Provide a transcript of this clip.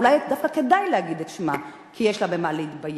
אולי דווקא כדאי להגיד את שמה כי יש לה במה להתבייש.